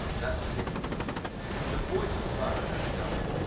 that's ridiculous the voice was louder than the gun.